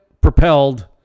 propelled